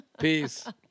Peace